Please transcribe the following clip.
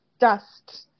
dust